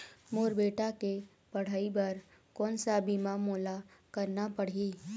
मोर बेटा के पढ़ई बर कोन सा बीमा मोला करना पढ़ही?